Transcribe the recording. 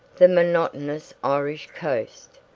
the monotonous irish coast,